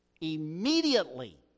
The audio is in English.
Immediately